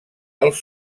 els